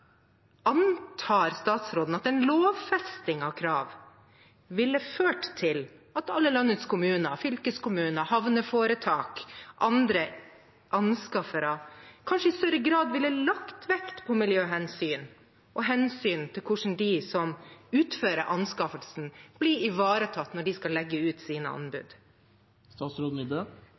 Antar statsråden at en lovfesting av krav ville ført til at alle landets kommuner, fylkeskommuner, havneforetak og andre anskaffere kanskje i større grad ville lagt vekt på miljøhensyn og hensyn til hvordan de som utfører anskaffelsen, blir ivaretatt, når de skal legge ut sine